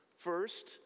First